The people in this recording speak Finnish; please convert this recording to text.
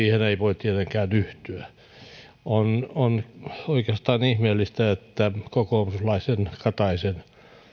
ei voi tietenkään yhtyä on oikeastaan ihmeellistä että kokoomuslainen katainen